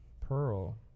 Pearl